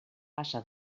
passa